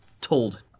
told